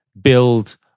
build